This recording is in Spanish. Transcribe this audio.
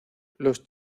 los